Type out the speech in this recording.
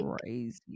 crazy